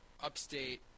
Upstate